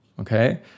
okay